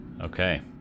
Okay